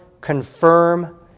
confirm